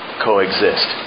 coexist